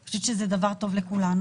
אני חושבת שזה דבר טוב לכולנו.